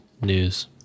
news